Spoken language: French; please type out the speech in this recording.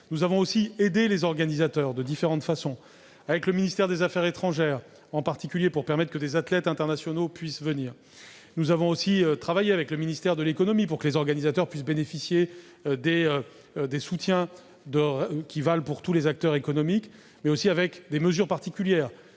Nous avons aussi aidé les organisateurs de différentes façons, en particulier avec le ministère des affaires étrangères, pour permettre que des athlètes internationaux puissent venir. Nous avons aussi travaillé avec le ministère de l'économie pour que les organisateurs puissent bénéficier des soutiens qui valent pour tous les acteurs économiques, mais aussi de mesures particulières,